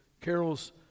carols